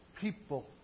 people